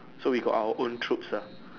so we got our own troops ah